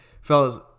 fellas